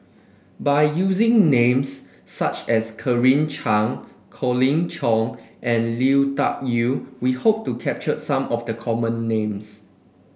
by using names such as Claire Chiang Colin Cheong and Lui Tuck Yew we hope to capture some of the common names